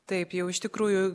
taip jau iš tikrųjų